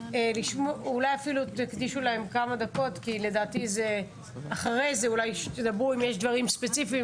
אולי תקדישו להם כמה דקות בסוף הדיון ותדברו אם יש משהו ספציפי,